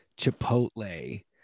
chipotle